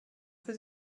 für